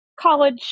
college